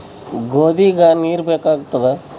ಗೋಧಿಗ ನೀರ್ ಬೇಕಾಗತದ?